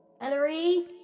Ellery